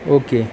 okay